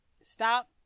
stop